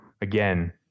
again